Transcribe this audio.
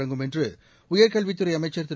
தொடங்கும் என்று உயர்கல்வித்துறை அமைச்சர் திரு